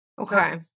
Okay